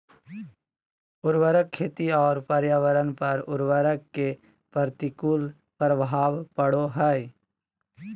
उर्वरक खेती और पर्यावरण पर उर्वरक के प्रतिकूल प्रभाव पड़ो हइ